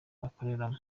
bakoreramo